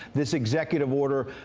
this executive order,